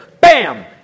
Bam